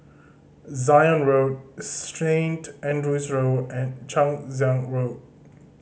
Zion Road Saint Andrew's Road and Chang Ziang Hotel